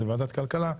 שהוא מוועדת הכלכלה,